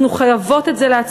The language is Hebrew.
אנחנו חייבות את זה לעצמנו,